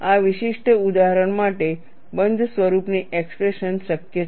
આ વિશિષ્ટ ઉદાહરણ માટે બંધ સ્વરૂપની એક્સપ્રેશન શક્ય છે